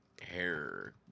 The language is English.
hair